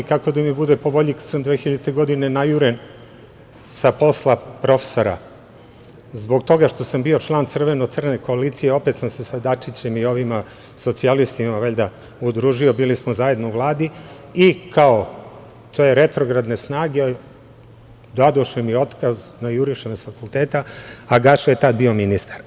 Kako da mi bude po volji kad sam 2000. godine najuren sa posla profesora zbog toga što sam bio član crveno-crne koalicije, opet sam se sa Dačićem i socijalistima valjda udružio, bili smo zajedno u Vladi i kao, to su retrogradne snage dadoše mi otkaz, najuriše me sa fakulteta, a Gaša je tad bio ministar.